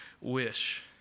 wish